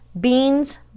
beans